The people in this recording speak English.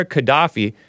Gaddafi